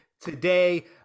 today